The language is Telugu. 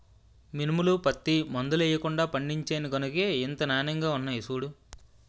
మినుములు, పత్తి మందులెయ్యకుండా పండించేను గనకే ఇంత నానెంగా ఉన్నాయ్ సూడూ